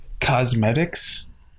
cosmetics